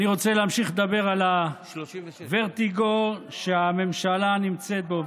אני רוצה להמשיך לדבר על הוורטיגו שהממשלה נמצאת בו.